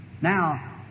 Now